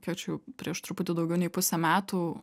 kiek čia jau prieš truputį daugiau nei pusę metų